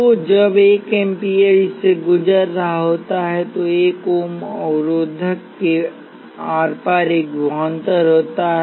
तो जब एक एम्पीयर इससे गुजर रहा होता है तो एक ओम अवरोधक के आर पार एक विभवांतर होता है